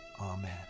Amen